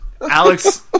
Alex